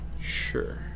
Sure